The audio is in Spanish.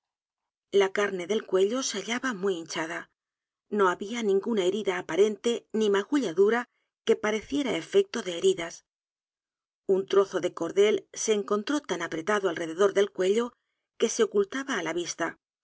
la carne del cuello se hallaba muy hinchada no había n i n g u n a herida aparente ni magulladura que pareciera efecto de heridas un trozo de cordel se encontró tan apretado alrededor del cuello que se ocultaba á la vista